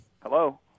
Hello